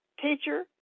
teacher